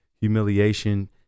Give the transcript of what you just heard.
humiliation